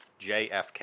JFK